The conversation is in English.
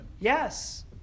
Yes